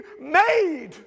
made